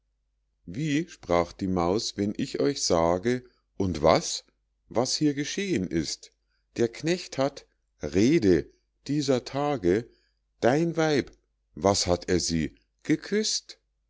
wie sprach die maus wenn ich euch sage und was was hier geschehen ist der knecht hat rede dieser tage dein weib was hat er sie geküßt